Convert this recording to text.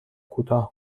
کوتاه